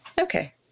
okay